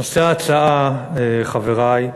נושא ההצעה, חברי,